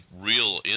real